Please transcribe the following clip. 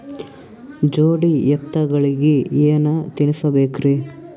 ಜೋಡಿ ಎತ್ತಗಳಿಗಿ ಏನ ತಿನಸಬೇಕ್ರಿ?